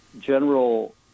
general